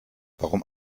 warum